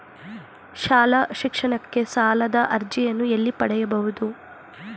ಶಾಲಾ ಶಿಕ್ಷಣಕ್ಕೆ ಸಾಲದ ಅರ್ಜಿಯನ್ನು ಎಲ್ಲಿ ಪಡೆಯಬಹುದು?